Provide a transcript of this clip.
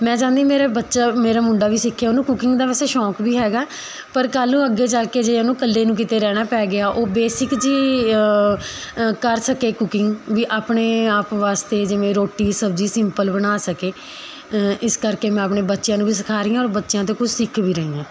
ਮੈਂ ਚਾਹੁੰਦੀ ਮੇਰੇ ਬੱਚਾ ਮੇਰਾ ਮੁੰਡਾ ਵੀ ਸਿੱਖੇ ਉਹਨੂੰ ਕੁਕਿੰਗ ਦਾ ਵੈਸੇ ਸ਼ੌਂਕ ਵੀ ਹੈਗਾ ਪਰ ਕੱਲ੍ਹ ਨੂੰ ਅੱਗੇ ਜਾ ਕੇ ਜੇ ਉਹਨੂੰ ਇਕੱਲੇ ਨੂੰ ਕਿਤੇ ਰਹਿਣਾ ਪੈ ਗਿਆ ਉਹ ਬੇਸਿਕ ਜਿਹੀ ਕਰ ਸਕੇ ਕੁਕਿੰਗ ਵੀ ਆਪਣੇ ਆਪ ਵਾਸਤੇ ਜਿਵੇਂ ਰੋਟੀ ਸਬਜ਼ੀ ਸਿੰਪਲ ਬਣਾ ਸਕੇ ਇਸ ਕਰਕੇ ਮੈਂ ਆਪਣੇ ਬੱਚਿਆਂ ਨੂੰ ਵੀ ਸਿਖਾ ਰਹੀ ਹਾਂ ਔਰ ਬੱਚਿਆਂ ਤੋਂ ਕੁਛ ਸਿੱਖ ਵੀ ਰਹੀ ਹਾਂ